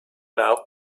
now